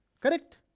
Correct